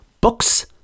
books